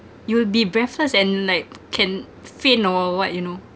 you'll be breathless and like can faint or wh~ what you know